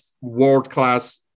world-class